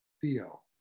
feel